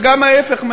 וגם ההפך,